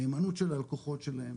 נאמנות של הלקוחות שלהם,